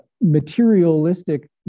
materialistic